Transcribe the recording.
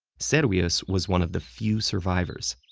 servius was one of the few survivors.